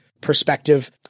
perspective